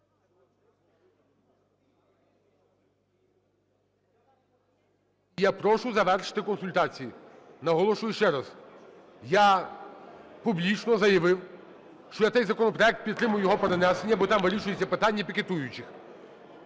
Я прошу завершити консультації. Наголошую ще раз, я публічно заявив, що я цей законопроект, підтримую його перенесення, бо там вирішується питання пікетуючих.